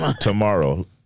tomorrow